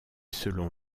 selon